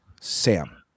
Sam